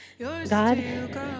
God